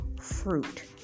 fruit